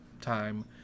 time